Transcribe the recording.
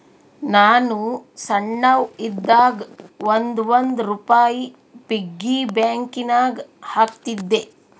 ನಾನು ಸಣ್ಣವ್ ಇದ್ದಾಗ್ ಒಂದ್ ಒಂದ್ ರುಪಾಯಿ ಪಿಗ್ಗಿ ಬ್ಯಾಂಕನಾಗ್ ಹಾಕ್ತಿದ್ದೆ